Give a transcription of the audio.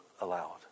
allowed